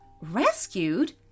Rescued